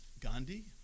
Gandhi